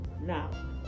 Now